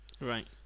Right